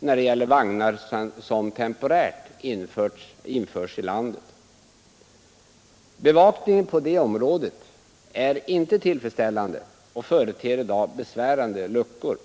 när det gäller vagnar som temporärt införs i landet. Bevakningen på det området är inte tillfredsställande och företer i dag besvärande luckor.